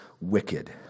wicked